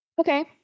Okay